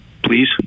Please